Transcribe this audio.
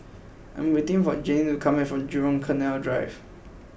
I am waiting for Janine to come back from Jurong Canal Drive